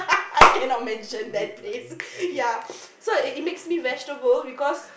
I cannot mention that place ya so it it makes me vegetable because